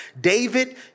David